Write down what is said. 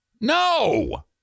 No